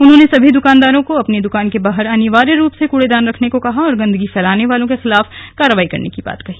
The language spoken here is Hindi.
उन्होंने सभी दुकानदारों को अपनी दुकान के बाहर अनिवार्य रूप से कूड़ेदान रखने को कहा और गंदगी फैलाने वालों के खिलाफ कार्रवाई करने की बात कही